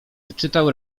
wyczytał